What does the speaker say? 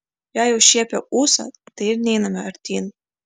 jei jau šiepia ūsą tai ir neiname artyn